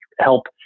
help